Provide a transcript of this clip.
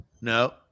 No